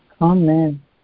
Amen